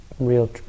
Real